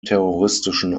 terroristischen